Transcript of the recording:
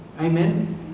Amen